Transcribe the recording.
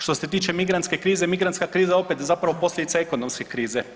Što se tiče migrantske krize, migrantska kriza opet zapravo posljedica ekonomske krize.